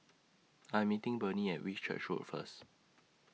I Am meeting Burney At Whitchurch Road First